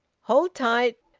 hold tight.